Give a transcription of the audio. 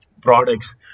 products